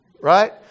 right